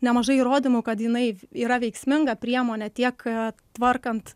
nemažai įrodymų kad jinai yra veiksminga priemonė tiek tvarkant